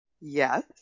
yes